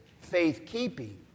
faith-keeping